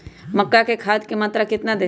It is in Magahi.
मक्का में खाद की मात्रा कितना दे?